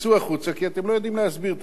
תצאו החוצה כי אתם לא יודעים להסביר את